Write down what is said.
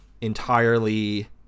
entirely